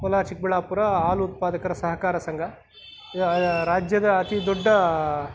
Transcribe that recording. ಕೋಲಾರ ಚಿಕ್ಕಬಳ್ಳಾಪುರ ಹಾಲ್ ಉತ್ಪಾದಕರ ಸಹಕಾರ ಸಂಘ ರಾಜ್ಯದ ಅತಿ ದೊಡ್ಡ